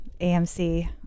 amc